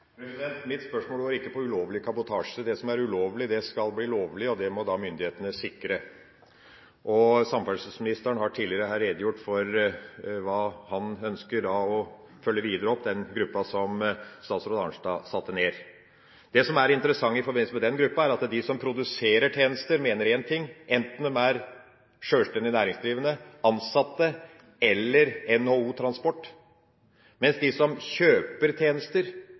Mitt spørsmål går ikke på ulovlig kabotasje. Det som er ulovlig, skal bli lovlig, og det må myndighetene sikre. Samferdselsministeren har her tidligere redegjort for hva han ønsker å følge opp videre når det gjelder den gruppa som tidligere statsråd Arnstad satte ned. Det som er det interessante i forbindelse med den gruppa, er at de som produserer tjenester, mener én ting, enten de er sjølstendig næringsdrivende, ansatte eller NHO Transport, mens de som kjøper tjenester,